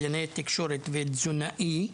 קלינאי תקשורת ותזונאי,